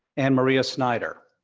and maria snyder.